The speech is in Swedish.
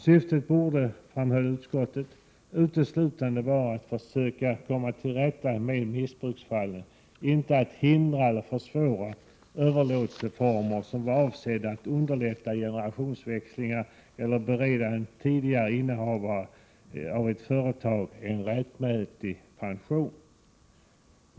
Syftet borde, framhöll utskottet, uteslutande vara att söka komma till rätta med missbruksfallen — inte att hindra eller försvåra överlåtelseformer som var avsedda att underlätta generationsväxlingar eller bereda en tidigare innehavare av ett företag en rättmätig pension.